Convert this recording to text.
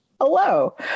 hello